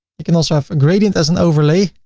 you can also have a gradient as an overlay.